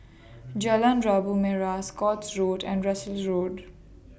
Jalan Labu Merah Scotts Road and Russels Road